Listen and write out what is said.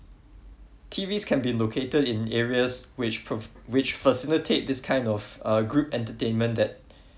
T_Vs can be located in areas which pro~ which facilitate this kind of uh group entertainment that